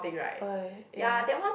uh ya